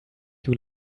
you